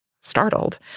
startled